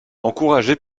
encouragé